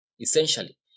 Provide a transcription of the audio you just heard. Essentially